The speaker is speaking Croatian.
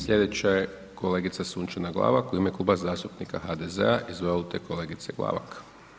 Sljedeća je kolegica Sunčana Glavak u ime Kluba zastupnika HDZ-a, izvolite kolegice Glavak.